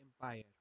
empire